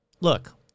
Look